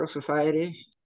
society